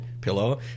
pillow